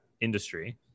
industry